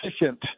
efficient